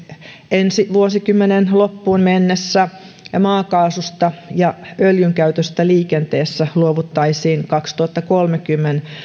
ensi vuosikymmenen loppuun mennessä ja maakaasusta ja öljyn käytöstä liikenteessä luovuttaisiin kaksituhattakolmekymmentä